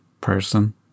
person